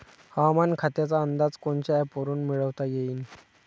हवामान खात्याचा अंदाज कोनच्या ॲपवरुन मिळवता येईन?